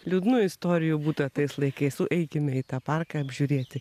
liūdnų istorijų būta tais laikais eikime į tą parką apžiūrėti